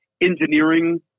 engineering